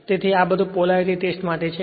તેથી આ બધું પોલેરિટી ટેસ્ટ માટે છે